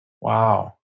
Wow